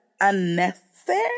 unnecessary